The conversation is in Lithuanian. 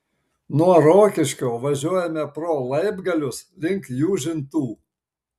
nuo rokiškio važiuojame pro laibgalius link jūžintų